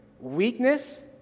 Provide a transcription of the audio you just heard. weakness